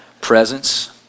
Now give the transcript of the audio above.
presence